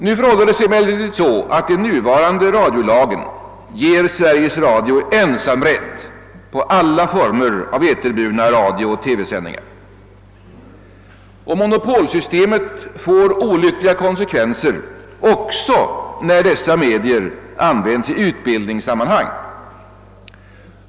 Nu förhåller det sig emellertid så, att den nuvarande radiolagen ger Sveriges Radio ensamrätt på alla former av eterburna radiooch TV sändningar, och monopolsystemet får olyckliga konsekvenser också när dessa medier används i utbildningssammanhang.